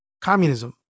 communism